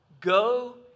Go